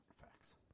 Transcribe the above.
Facts